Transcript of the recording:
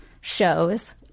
shows